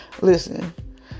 listen